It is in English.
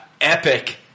epic